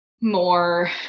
more